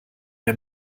mir